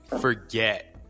forget